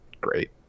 great